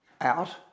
out